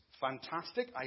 fantastic